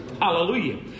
Hallelujah